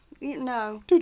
No